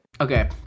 Okay